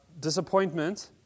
disappointment